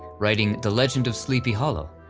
writing the legend of sleepy hollow.